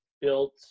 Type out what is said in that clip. built